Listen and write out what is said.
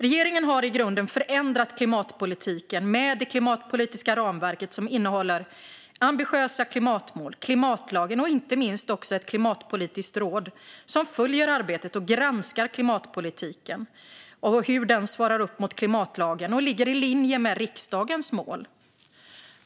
Regeringen har i grunden förändrat klimatpolitiken med det klimatpolitiska ramverket som innehåller ambitiösa klimatmål, klimatlagen och inte minst också ett klimatpolitiskt råd som följer arbetet och granskar att klimatpolitiken svarar upp mot klimatlagen och ligger i linje med riksdagens mål.